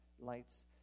lights